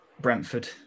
Brentford